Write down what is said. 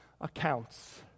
accounts